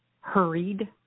hurried